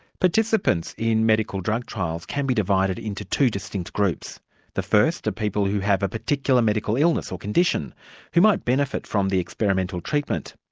participants in medical drug trials can be divided into two distinct groups the first are people who have a particular medical illness or condition who might benefit from the experimental treatment.